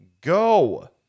go